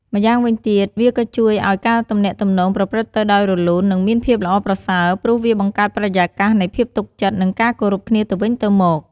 ម្យ៉ាងវិញទៀត វាក៏ជួយឲ្យការទំនាក់ទំនងប្រព្រឹត្តទៅដោយរលូន និងមានភាពល្អប្រសើរ ព្រោះវាបង្កើតបរិយាកាសនៃភាពទុកចិត្ត និងការគោរពគ្នាទៅវិញទៅមក។